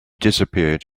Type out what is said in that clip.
disappeared